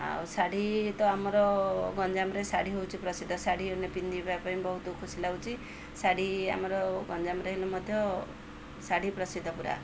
ଆଉ ଶାଢ଼ୀ ତ ଆମର ଗଞ୍ଜାମରେ ଶାଢ଼ୀ ହେଉଛି ପ୍ରସିଦ୍ଧ ଶାଢ଼ୀ ହେଲେ ପିନ୍ଧିବା ପାଇଁ ବହୁତ ଖୁସି ଲାଗୁଛି ଶାଢ଼ୀ ଆମର ଗଞ୍ଜାମରେ ହେଲେ ମଧ୍ୟ ଶାଢ଼ୀ ପ୍ରସିଦ୍ଧ ପୁରା